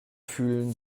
fühlen